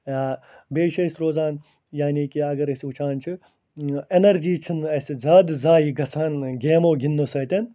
بیٚیہِ چھِ أسۍ روزان یعنی کہِ اَگر أسۍ وٕچھان چھِ یہِ اٮ۪نَرجی چھِنہٕ اَسہِ زیادٕ ضایع گژھان گیمو گِنٛدنہٕ سۭتۍ